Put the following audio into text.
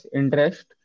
interest